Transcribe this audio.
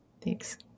Thanks